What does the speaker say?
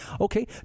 okay